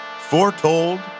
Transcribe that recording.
Foretold